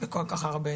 וכל כך הרבה